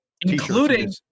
Including